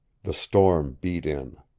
the storm beat in.